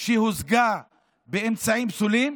שהושגה באמצעים פסולים,